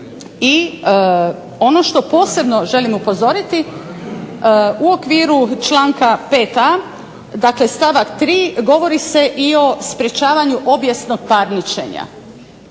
I ono što posebno želim upozoriti u okviru članka 5a. dakle stavak 3. govori se i o sprječavanju objesnog parničenja.